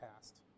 past